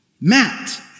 Matt